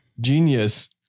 Genius